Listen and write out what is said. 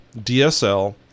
DSL